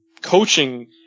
Coaching